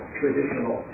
traditional